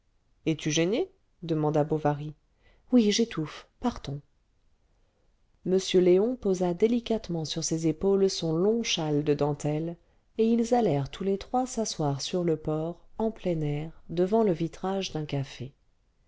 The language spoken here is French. es-tu gênée demanda bovary oui j'étouffe partons m léon posa délicatement sur ses épaules son long châle de dentelle et ils allèrent tous les trois s'asseoir sur le port en plein air devant le vitrage d'un café